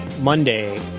Monday